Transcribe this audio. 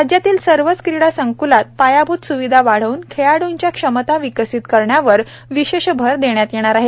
राज्यातील सर्वच क्रीडा संक्लात पायाभूत स्विधा वाढवून खेळाडूंच्या क्षमता विकसित करण्यावर विशेष भर देण्यात येणार आहे